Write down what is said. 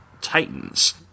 titans